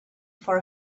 for